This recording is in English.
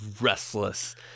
restless